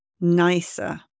nicer